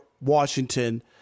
Washington